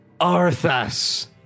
Arthas